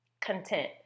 content